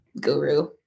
guru